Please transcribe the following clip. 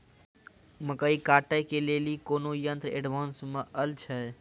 मकई कांटे ले ली कोनो यंत्र एडवांस मे अल छ?